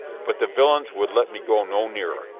but the villains would let me go no nearer.